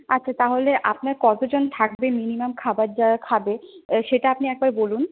আচ্ছা তা হলে আপনার কতজন থাকবে মিনিমাম খাবার যারা খাবে সেটা আপনি একবার বলুন